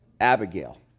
Abigail